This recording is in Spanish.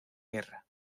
guerra